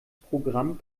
programm